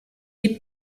est